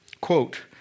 Quote